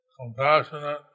compassionate